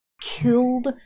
killed